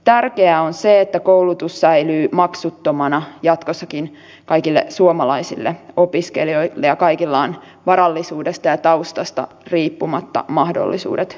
tärkeää on se että koulutus säilyy maksuttomana jatkossakin kaikille suomalaisille opiskelijoille ja kaikilla on varallisuudesta ja taustasta riippumatta mahdollisuudet kouluttautua